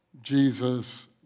Jesus